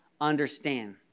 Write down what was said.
understand